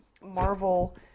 Marvel